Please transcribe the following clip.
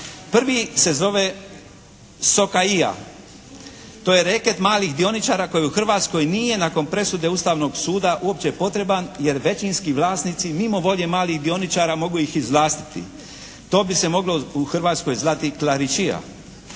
Prvi se zove "Sokaia". To je reket malih dioničara koji u Hrvatskoj nije nakon presude Ustavnog suda uopće potreban jer većinski vlasnici mimo volje malih dioničara mogu ih izvlastiti. To bi se moglo u Hrvatskoj zvati "klaričia".